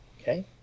Okay